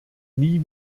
nie